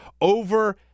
over